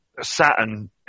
Saturn